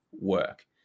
work